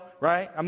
right